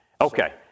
Okay